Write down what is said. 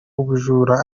ubujura